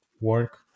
work